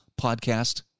podcast